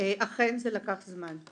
אכן זה לוקח זמן.